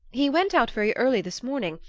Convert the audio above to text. he went out very early this morning,